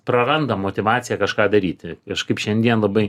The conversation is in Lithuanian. praranda motyvaciją kažką daryti kažkaip šiandien labai